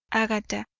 agatha,